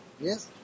Yes